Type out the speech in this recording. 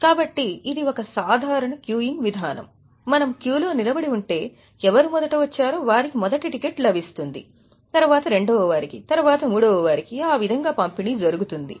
కాబట్టి ఇది ఒక సాధారణ క్యూయింగ్ విధానం మనము క్యూలో నిలబడి ఉంటే ఎవరు మొదట వచ్చారో వారికి మొదట టికెట్ లభిస్తుంది తరువాత రెండవ వారికి తరువాత మూడవ వారికి ఆ విధంగా పంపిణీ జరుగుతుంది